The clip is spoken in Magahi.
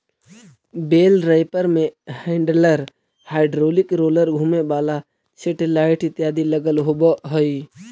बेल रैपर में हैण्डलर, हाइड्रोलिक रोलर, घुमें वाला सेटेलाइट इत्यादि लगल होवऽ हई